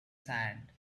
sand